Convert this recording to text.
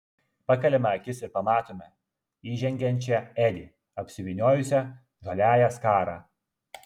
pakeliame akis ir pamatome įžengiančią edi apsivyniojusią žaliąją skarą